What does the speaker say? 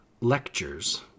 lectures